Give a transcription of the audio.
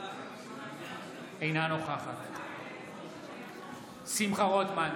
אינה נוכחת שמחה רוטמן,